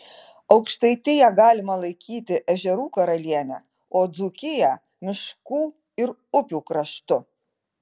aukštaitiją galima laikyti ežerų karaliene o dzūkiją miškų ir upių kraštu